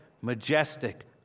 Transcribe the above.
majestic